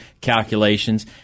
calculations